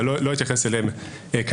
אבל לא אתייחס אליהן כרגע.